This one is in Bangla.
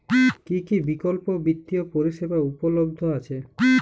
কী কী বিকল্প বিত্তীয় পরিষেবা উপলব্ধ আছে?